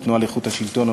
לתנועה לאיכות השלטון,